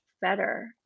better